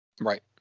Right